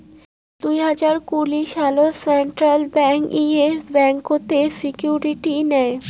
দুই হাজার কুড়ি সালত সেন্ট্রাল ব্যাঙ্ক ইয়েস ব্যাংকতের সিকিউরিটি নেয়